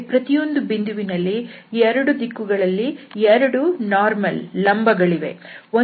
ಪ್ರತಿಯೊಂದು ಬಿಂದುವಿನಲ್ಲಿ ಎರಡು ದಿಕ್ಕುಗಳಲ್ಲಿ ಎರಡು ಲಂಬಗಳಿರುತ್ತವೆ